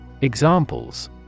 Examples